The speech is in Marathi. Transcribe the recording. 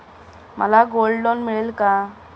मला गोल्ड लोन मिळेल का?